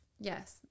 yes